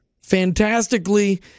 fantastically